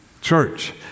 church